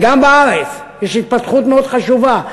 וגם בארץ יש התפתחות מאוד חשובה.